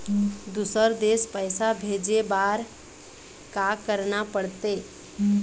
दुसर देश पैसा भेजे बार का करना पड़ते?